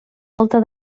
volta